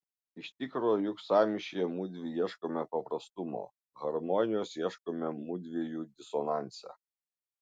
iš tikro juk sąmyšyje mudvi ieškome paprastumo harmonijos ieškome mudviejų disonanse